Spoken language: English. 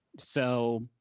so,